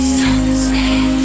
sunset